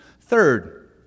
Third